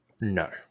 No